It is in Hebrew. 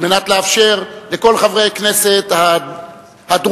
על מנת לאפשר לכל חברי הכנסת הדרוזים,